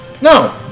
No